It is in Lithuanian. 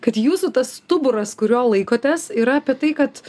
kad jūsų tas stuburas kurio laikotės yra apie tai kad